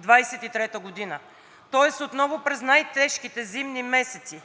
2023 г., тоест отново през най-тежките зимни месеци